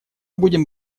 будем